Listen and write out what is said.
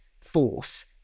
force